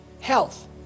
Health